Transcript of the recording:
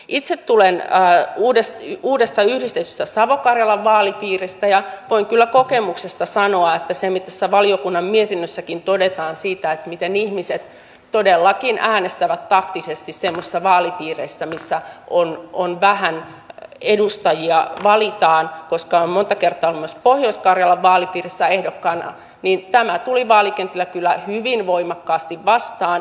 itse tulen uudesta yhdistetystä savo karjalan vaalipiiristä ja voin kyllä kokemuksesta sanoa että se mitä tässä valiokunnan mietinnössäkin todetaan siitä miten ihmiset todellakin äänestävät taktisesti semmoisissa vaalipiireissä mistä vähän edustajia valitaan koska olen monta kertaa ollut myös pohjois karjalan vaalipiirissä ehdokkaana tuli vaalikentillä kyllä hyvin voimakkaasti vastaan